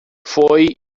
foi